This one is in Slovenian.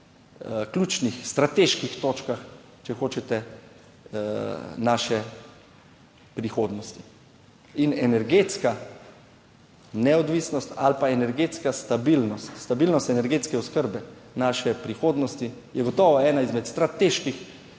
ključnih strateških točkah, če hočete naše prihodnosti in energetska neodvisnost ali pa energetska stabilnost. Stabilnost energetske oskrbe naše prihodnosti je gotovo ena izmed strateških